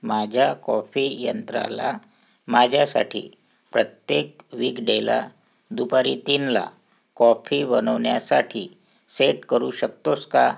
माझ्या कॉफी यंत्राला माझ्यासाठी प्रत्येक वीकडेला दुपारी तीनला कॉफी बनवण्यासाठी सेट करू शकतोस का